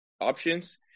options